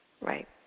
right